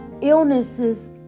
illnesses